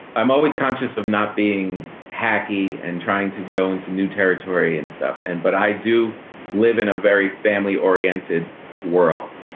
i'm always conscious of not being happy and trying to go into new territory and stuff. and but i do live in a very family oriented world.